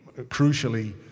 crucially